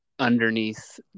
underneath